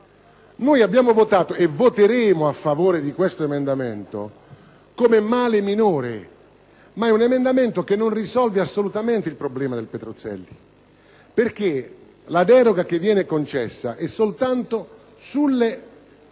Noi abbiamo votato e voteremo a favore di questo emendamento come male minore, perché esso non risolve assolutamente il problema del Petruzzelli. Infatti, la deroga che viene concessa è soltanto sulla